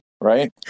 right